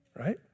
right